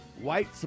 White